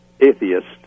atheist